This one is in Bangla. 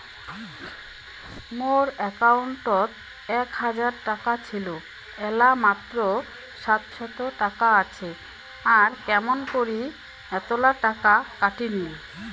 মোর একাউন্টত এক হাজার টাকা ছিল এলা মাত্র সাতশত টাকা আসে আর কেমন করি এতলা টাকা কাটি নিল?